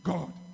God